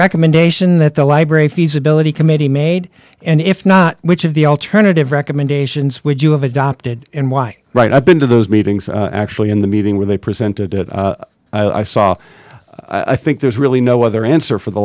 recommendation that the library feasibility committee made and if not which of the alternative recommendations would you have adopted and why right i've been to those meetings actually in the meeting where they presented it i saw i think there's really no other answer for the